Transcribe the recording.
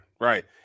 right